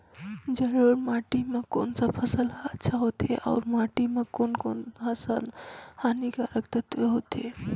जलोढ़ माटी मां कोन सा फसल ह अच्छा होथे अउर माटी म कोन कोन स हानिकारक तत्व होथे?